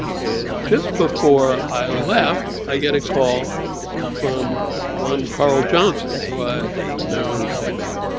and just before i left i get a call from one carl johnson, who i had never met.